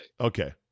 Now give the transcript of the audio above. Okay